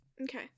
Okay